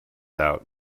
out